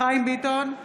חיים ביטון,